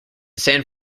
san